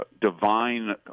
divine